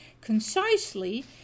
concisely